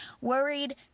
worried